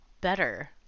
better